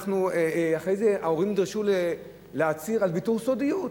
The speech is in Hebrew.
אחרי זה דרשו מההורים להצהיר על ויתור על סודיות,